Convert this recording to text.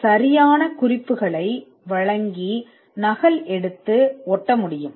வரைவில் நிறைய நேரத்தையும் முயற்சியையும் மிச்சப்படுத்த முடியும்